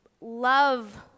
love